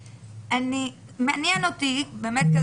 מעניין אותי באמת,